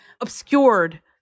obscured